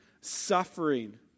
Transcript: suffering